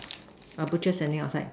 uh butchers standing outside